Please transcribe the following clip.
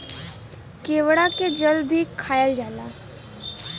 केवड़ा के जल भी खायल जाला